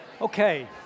Okay